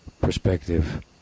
perspective